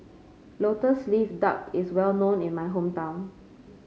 lotus leaf duck is well known in my hometown